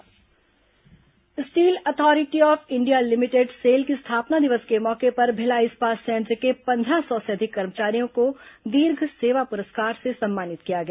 cell स्थापना दिवस steel authority of India limited SAIL की स्थापना दिवस के मौके पर भिलाई इस्पात संयंत्र के पंद्रह सौ से अधिक कर्मचारियों को दीर्घ सेवा पुरस्कार से सम्मानित किया गया